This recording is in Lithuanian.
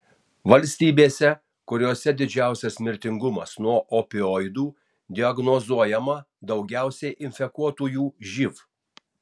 valstybėse kuriose didžiausias mirtingumas nuo opioidų diagnozuojama daugiausiai infekuotųjų živ